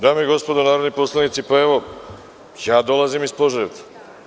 Dame i gospodo narodni poslanici, ja dolazim iz Požarevca.